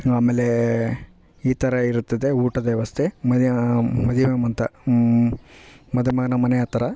ಆಮೇಲೆ ಈ ಥರ ಇರುತ್ತದೆ ಊಟದ ವ್ಯವಸ್ತೆ ಮದುವೆಯಾ ಮದುಮಗನ ಮನೆ ಹತ್ರ